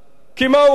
כי מה הוא אמר?